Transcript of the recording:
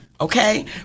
okay